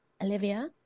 Olivia